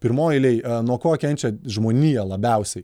pirmoj eilėj nuo ko kenčia žmonija labiausiai